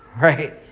right